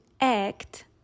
act